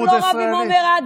לפחות הוא לא רב עם עומר אדם.